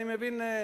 אני מבין,